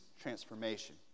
transformation